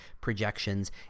projections